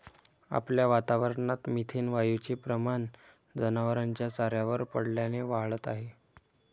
आपल्या वातावरणात मिथेन वायूचे प्रमाण जनावरांच्या चाऱ्यावर पडल्याने वाढत आहे